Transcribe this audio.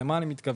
למה אני מתכוון?